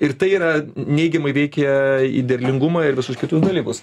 ir tai yra neigiamai veikia derlingumą ir visus kitus dalykus